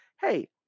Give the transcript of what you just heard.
hey